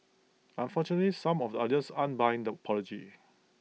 unfortunately some of the audience aren't buying the apology